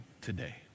today